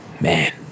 Man